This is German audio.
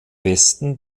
westen